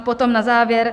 Potom na závěr.